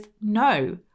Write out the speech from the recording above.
no